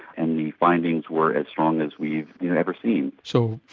and the findings were as strong as we've you know ever seen. so,